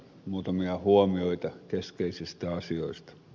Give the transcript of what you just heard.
muutamia huomioita keskeisistä asioista